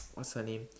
what's her name